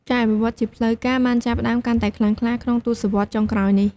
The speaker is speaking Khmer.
ការអភិវឌ្ឍន៍ជាផ្លូវការបានចាប់ផ្តើមកាន់តែខ្លាំងក្លាក្នុងទសវត្សរ៍ចុងក្រោយនេះ។